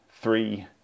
three